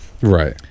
right